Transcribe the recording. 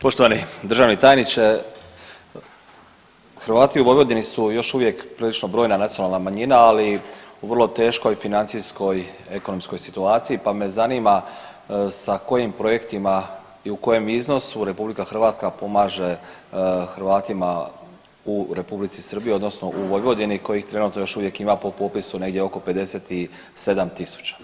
Poštovani državni tajnice, Hrvati u Vojvodini su još uvijek prilično brojna nacionalna manjina, ali u vrlo teškoj financijskoj, ekonomskoj situaciji pa me zanima sa kojim projektima i u kojem iznosu RH pomaže Hrvatima u Republici Srbiji odnosno u Vojvodini kojih trenutno još uvijek ima po popisu negdje oko 57.000.